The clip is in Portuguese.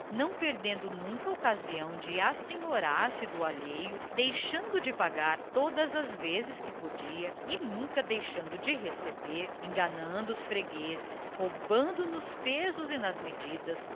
não perdendo nunca a ocasião de assenhorear se do alheio deixando de pagar todas as vezes que podia e nunca deixando de receber enganando os fregueses roubando nos pesos e nas medidas